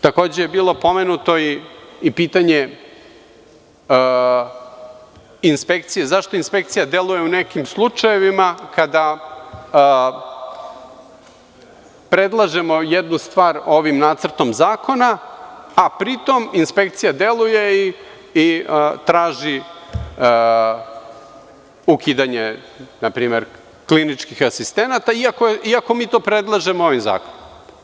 Takođe je bilo pomenuto i pitanje inspekcije, zašto inspekcija deluje u nekim slučajevima kada predlažemo jednu stvar ovim nacrtom zakona, a pri tom inspekcija deluje i traži ukidanje, na primer, kliničkih asistenata iako mi to predlažemo ovim zakonom.